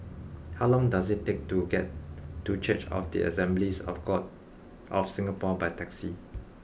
how long does it take to get to Church of the Assemblies of God of Singapore by taxi